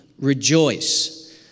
rejoice